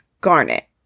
Garnet